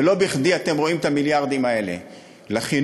ולא בכדי אתם רואים את המיליארדים האלה לחינוך,